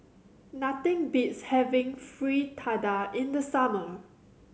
nothing beats having Fritada in the summer